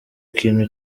ikintu